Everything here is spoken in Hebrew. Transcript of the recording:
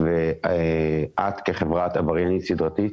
את חברה עבריינית סדרתית.